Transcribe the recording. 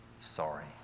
sorry